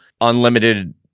unlimited